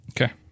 Okay